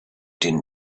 din